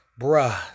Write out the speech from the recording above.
Bruh